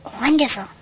wonderful